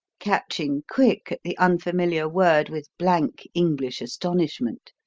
catching quick at the unfamiliar word with blank english astonishment,